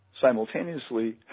simultaneously